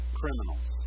criminals